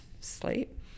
sleep